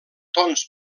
tons